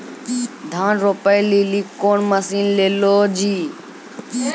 धान रोपे लिली कौन मसीन ले लो जी?